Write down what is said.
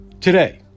today